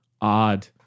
odd